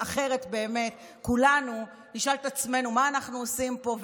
אחרת באמת כולנו נשאל את עצמנו מה אנחנו עושים פה,